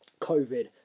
COVID